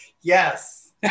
Yes